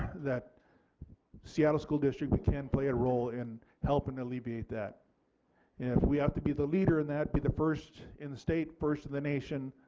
that seattle school district but can play a role in helping alleviate that and we have to be the leader in that be the first in the state first in the nation